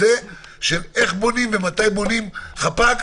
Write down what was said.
איך בונים ומתי בונים חפ"ק,